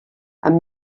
amb